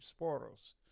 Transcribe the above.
Sporos